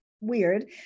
weird